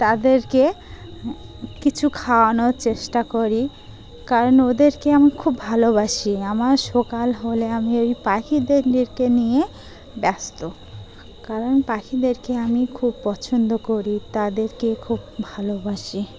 তাদেরকে কিছু খাওয়ানোর চেষ্টা করি কারণ ওদেরকে আমি খুব ভালোবাসি আমার সকাল হলে আমি ওই পাখিদেরকে নিয়ে ব্যস্ত কারণ পাখিদেরকে আমি খুব পছন্দ করি তাদেরকে খুব ভালোবাসি